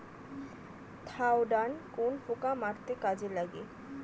Thiodan কোন পোকা মারতে কাজে লাগে?